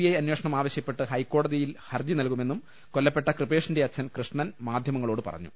I അന്വേഷണം ആവശ്യ പ്പെട്ട് ഹൈക്കോടതിയിൽ ഹർജി നൽകുമെന്നും കൊല്ലപ്പെട്ട കൃപേ ഷിന്റെ അച്ഛൻ കൃഷ്ണൻ മാധ്യമങ്ങളോട് പറഞ്ഞു